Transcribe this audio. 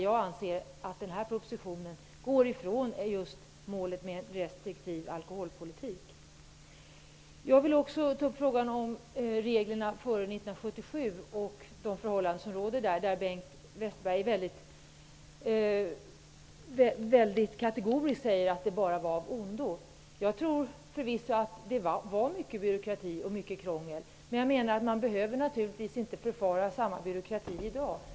Jag anser att denna proposition går ifrån just målet med en restriktiv alkoholpolitik. Jag vill också ta upp reglerna före 1977 och de förhållanden som då rådde. Bengt Westerberg säger mycket kategoriskt att reglerna bara var av ondo. Jag tror förvisso att det var mycket byråkrati och mycket krångel, men det behöver naturligtvis inte vara samma byråkrati i dag.